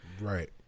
Right